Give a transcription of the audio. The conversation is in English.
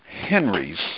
Henry's